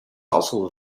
also